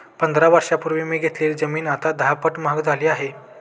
पंधरा वर्षांपूर्वी मी घेतलेली जमीन आता दहापट महाग झाली आहे